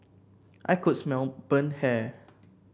I could smell burnt hair